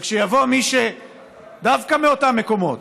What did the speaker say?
וכשיבוא מישהו דווקא מאותם מקומות,